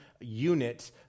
unit